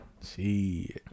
See